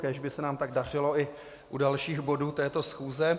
Kéž by se nám tak dařilo i u dalších bodů této schůze.